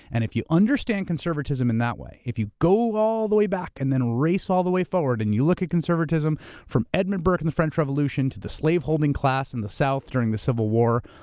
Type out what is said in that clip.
and if you understand conservatism in that way, if you go all the way back and then race all the way forward, and you look at conservatism from edmund burke and the french revolution to the slave holding class in the south during the civil war,